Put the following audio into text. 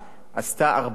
עשתה הרבה מאוד